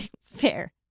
Fair